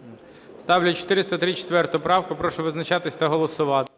ГОЛОВУЮЧИЙ. Ставлю 434 правку. Прошу визначатись та голосувати.